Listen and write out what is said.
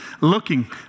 looking